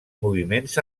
moviments